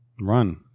Run